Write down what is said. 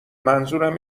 منظورم